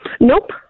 Nope